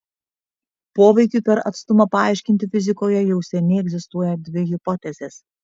poveikiui per atstumą paaiškinti fizikoje jau seniai egzistuoja dvi hipotezės